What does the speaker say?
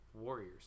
Warriors